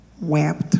Wept